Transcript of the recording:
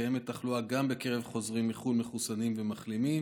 קיימת תחלואה גם בקרב חוזרים מחו"ל מחוסנים ומחלימים,